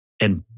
and-